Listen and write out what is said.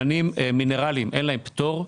על שמנים מינרליים אין פטור,